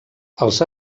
els